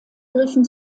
griffen